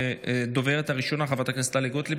הדוברת הראשונה, חברת הכנסת טלי גוטליב,